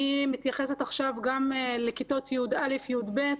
אני מתייחסת עכשיו גם לכיתות י"א י"ב